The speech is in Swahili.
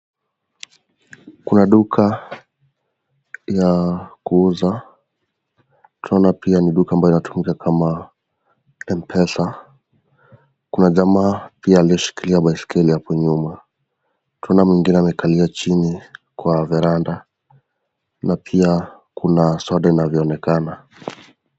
kuna duka ya kuuza pia ni duka ambayo inatumika kama mpesa kuna jamaa pia aliye shiklia beisikeli hapoo nyuma kuna mwigine amekalia chini kwa varanda na pia kuna soda inavyooekana